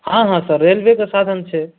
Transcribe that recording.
हँ हँ सर रेलवेके साधन छै